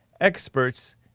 experts